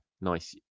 Nice